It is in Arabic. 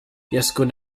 يسكن